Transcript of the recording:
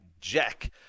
Jack